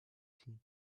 seem